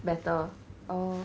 better oh